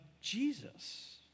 Jesus